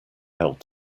held